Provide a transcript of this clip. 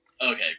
Okay